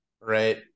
right